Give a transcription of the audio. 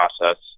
process